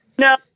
No